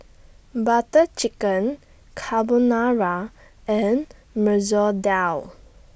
Butter Chicken Carbonara and Masoor Dal